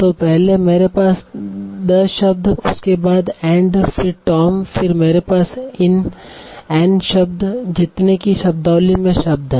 तो पहले मेरे पास द शब्द उसके बाद एंड फिर टॉम फिर मेरे पास एन शब्द जितने कि शब्दावली में शब्द है